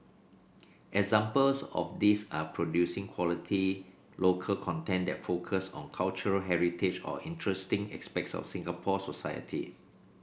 examples of these are producing quality local content that focus on cultural heritage or interesting aspects of Singapore society